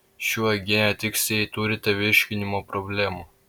ši uogienė tiks jei turite virškinimo problemų